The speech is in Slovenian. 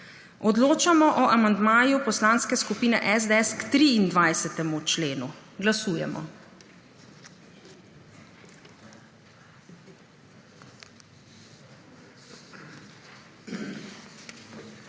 odločamo o amandmaju Poslanske skupine SDS k 14. členu. Glasujemo.